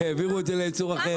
הם העבירו את זה לייצור אחר.